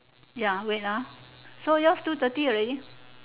ya wait ah so yours two thirty already